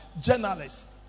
journalists